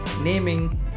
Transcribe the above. naming